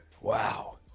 Wow